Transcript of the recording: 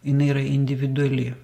jinai yra individuali